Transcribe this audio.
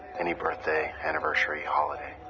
iany birthday, anniversary, holiday.